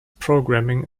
programming